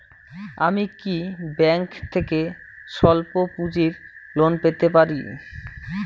আমি কি ব্যাংক থেকে স্বল্প পুঁজির লোন পেতে পারি?